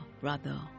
brother